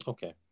Okay